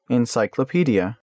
Encyclopedia